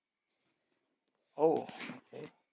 oh